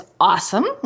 awesome